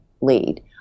lead